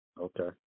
okay